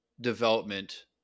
development